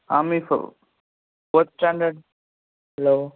ఆ మీ fourth standard hello